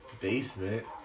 basement